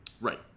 Right